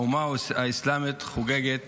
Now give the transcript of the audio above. האומה האסלאמית חוגגת